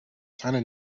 china